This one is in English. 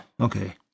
okay